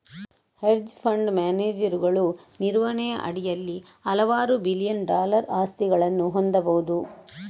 hedge fund ಮ್ಯಾನೇಜರುಗಳು ನಿರ್ವಹಣೆಯ ಅಡಿಯಲ್ಲಿ ಹಲವಾರು ಬಿಲಿಯನ್ ಡಾಲರ್ ಆಸ್ತಿಗಳನ್ನು ಹೊಂದಬಹುದು